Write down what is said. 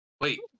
Wait